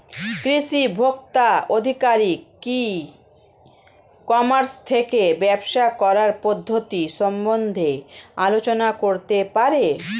কৃষি ভোক্তা আধিকারিক কি ই কর্মাস থেকে ব্যবসা করার পদ্ধতি সম্বন্ধে আলোচনা করতে পারে?